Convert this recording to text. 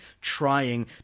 trying